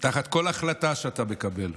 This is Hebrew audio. בכל החלטה שאתה מקבל,